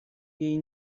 jej